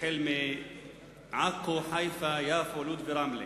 החל מעכו, חיפה, יפו, לוד ורמלה.